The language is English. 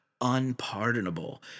unpardonable